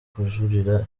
kujuririra